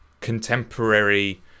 contemporary